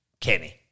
Kenny